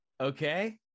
Okay